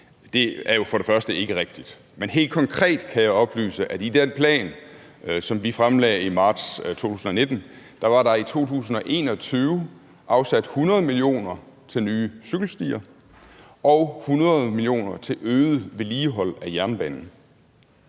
Det er jo ikke rigtigt, og helt konkret kan jeg oplyse, at i den plan, som vi fremlagde i marts 2019, var der i 2021 afsat 100 mio. kr. til nye cykelstier og 100 mio. kr. til øget vedligehold af jernbanen